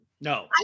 No